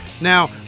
Now